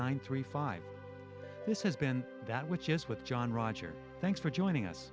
one three five this has been that which is what john rogers thanks for joining us